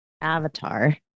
avatar